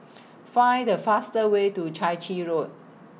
Find The fastest Way to Chai Chee Road